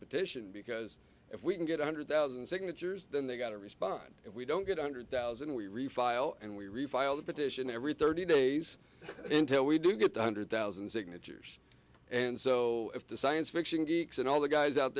petition because if we can get a hundred thousand signatures then they got a response if we don't get a hundred thousand we refile and we refile the petition every thirty days until we do get the hundred thousand signatures and so if the science fiction geeks and all the guys out